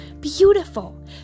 Beautiful